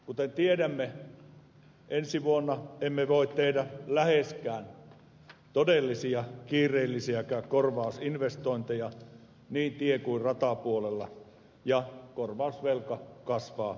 kuten tiedämme ensi vuonna emme voi tehdä läheskään todella kiireellisiäkään korvausinvestointeja niin tie kuin ratapuolella ja korvausvelka kasvaa entisestään